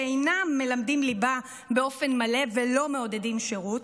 שאינם מלמדים ליבה באופן מלא ולא מעודדים שירות,